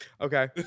Okay